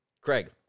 Craig